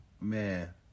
Man